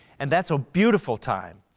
and that's a beautiful time,